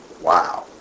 Wow